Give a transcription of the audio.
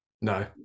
no